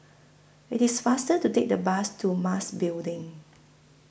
IT IS faster to Take The Bus to Mas Building